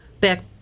back